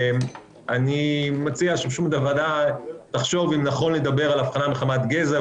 אבל אני מציע שהוועדה תחשוב אם נכון לדבר על אבחנה מחמת גזע,